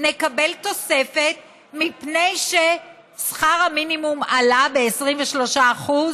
נקבל תוספת מפני ששכר המינימום עלה ב-23%?